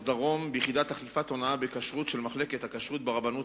הנושא הבא: תקיפת מפקח לאכיפת חוק הונאה בכשרות מטעם הרבנות